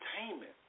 entertainment